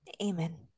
Amen